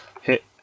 hit